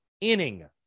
inning